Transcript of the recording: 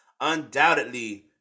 undoubtedly